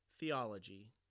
theology